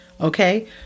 Okay